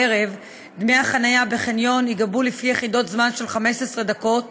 דמי החניה בחניון ייגבו לפי יחידות זמן של 15 דקות